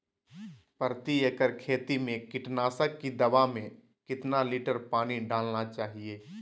प्रति एकड़ खेती में कीटनाशक की दवा में कितना लीटर पानी डालना चाइए?